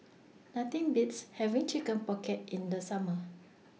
Nothing Beats having Chicken Pocket in The Summer